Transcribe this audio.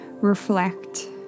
reflect